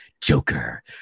Joker